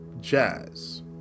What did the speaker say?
Jazz